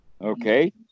Okay